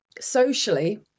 socially